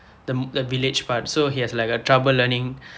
the m~ the village part so he has like a trouble learning